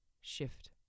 Shift